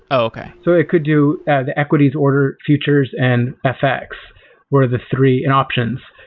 okay. so it could do and the equities order futures and fx were the three and options,